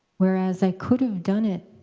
whereas i could have done it,